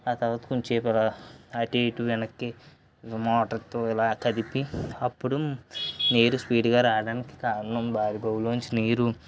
ఆ తరువాత కొంచెంసేపు అలా అటు ఇటు వెనక్కి మోటార్తో ఇలా కదిపి అప్పుడు నీరు స్పీడ్గా రావడానికి కారణం బోరు బావిలోంచి నీరు